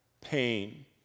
pain